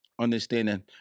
understanding